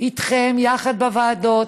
איתכם יחד בוועדות,